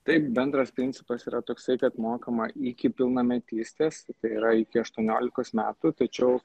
tai bendras principas yra toksai kad mokama iki pilnametystės tai yra iki aštuoniolikos metų tačiau